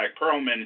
Perlman